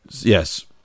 Yes